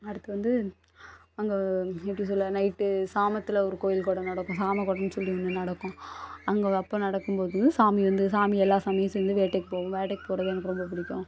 அடுத்து வந்து அங்கே எப்படி சொல்ல நைட்டு சாமத்தில் ஒரு கோவில் கொடை நடக்கும் சாமக் கொடம்னு சொல்லி முன்ன நடக்கும் அங்கே அப்போ நடக்கும் போது சாமி வந்து சாமி எல்லா சாமியும் சேர்ந்து வேட்டைக்கு போகும் வேட்டைக்கு போகிறது எனக்கு ரொம்ப பிடிக்கும்